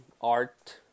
art